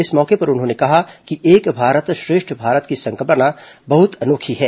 इस मौके पर उन्होंने कहा कि एक भारत श्रेष्ठ भारत की संकल्पना बहुत अनोखी है